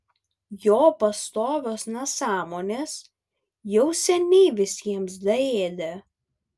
jo pastovios nesąmonės jau seniai visiems daėdė